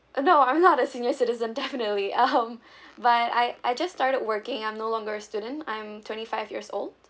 uh no I'm not a senior citizen definitely um but I I just started working I'm no longer a student I'm twenty five years old